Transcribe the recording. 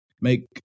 make